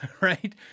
right